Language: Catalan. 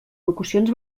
locucions